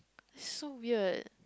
so weird